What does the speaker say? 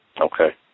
Okay